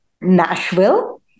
Nashville